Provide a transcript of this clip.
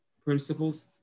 principles